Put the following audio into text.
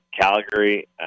Calgary